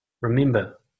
Remember